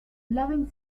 loving